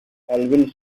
alvin